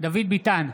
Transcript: דוד ביטן,